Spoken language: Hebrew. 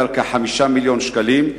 עומד כיום על כ-5 מיליוני שקלים,